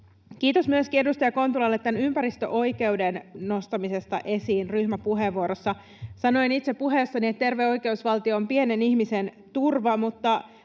Kiitos edustaja Kontulalle myöskin ympäristöoikeuden nostamisesta esiin ryhmäpuheenvuorossa. Sanoin itse puheessani, että terve oikeusvaltio on pienen ihmisen turva,